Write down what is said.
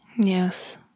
Yes